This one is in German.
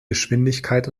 geschwindigkeit